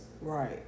right